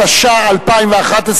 התשע"א 2011,